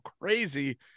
crazy